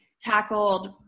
tackled